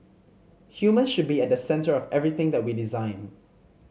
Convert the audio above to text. humans should be at the centre of everything that we design